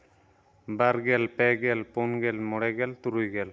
ᱵᱟᱨ ᱜᱮᱞ ᱯᱮ ᱜᱮᱞ ᱯᱩᱱ ᱜᱮᱞ ᱢᱚᱬᱮ ᱜᱮᱞ ᱛᱩᱨᱩᱭ ᱜᱮᱞ